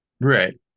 Right